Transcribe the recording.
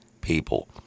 people